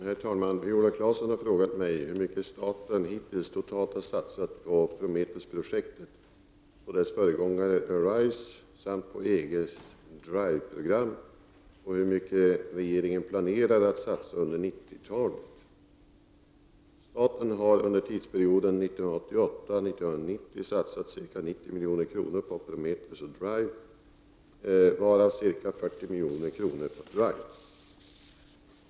Herr talman! Viola Claesson har frågat mig om hur mycket staten hittills totalt har satsat på Prometheus-projektet, på dess föregångare Arise samt på EG:s Drive-program och hur mycket regeringen planerar att satsa under 1990-talet. Staten har under tidsperioden 1988—1990 satsat ca 90 milj.kr. på Prometheusoch Drive-projekten varav ca 40 milj.kr. på Drive.